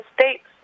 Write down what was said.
States